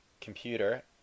computer